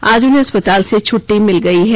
आज उन्हें अस्पताल से छट्टी मिल गई है